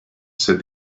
said